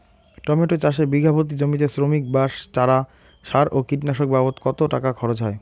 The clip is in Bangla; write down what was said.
টমেটো চাষে বিঘা প্রতি জমিতে শ্রমিক, বাঁশ, চারা, সার ও কীটনাশক বাবদ কত টাকা খরচ হয়?